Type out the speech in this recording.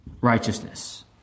righteousness